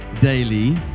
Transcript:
daily